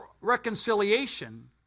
reconciliation